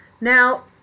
Now